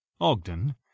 Ogden